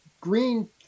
green